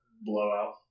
Blowout